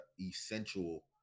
essential